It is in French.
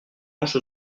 mange